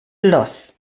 los